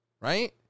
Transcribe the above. Right